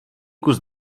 kus